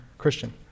Christian